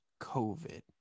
COVID